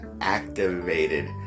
Activated